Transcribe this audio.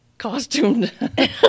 costumed